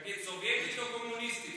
תגיד, סובייטית או קומוניסטית?